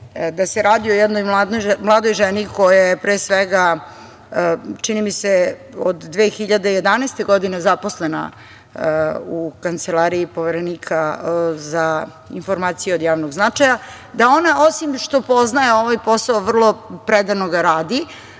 da se radi o jednoj mladoj ženi koja je pre svega, čini mi se od 2011. godine, zaposlena u kancelariji Poverenika za informacije od javnog značaja, da ona osim što poznaje ovaj posao i vrlo predano ga radi,